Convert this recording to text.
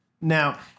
now